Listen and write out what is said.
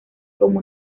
como